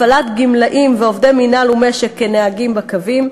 הפעלת גמלאים ועובדי מינהל ומשק כנהגים בקווים,